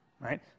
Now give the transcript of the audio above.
right